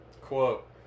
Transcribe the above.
Quote